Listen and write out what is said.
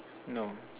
no